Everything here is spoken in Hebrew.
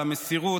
על המסירות,